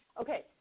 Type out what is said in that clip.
Okay